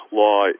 law